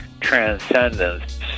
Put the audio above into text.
transcendence